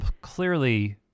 clearly